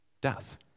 death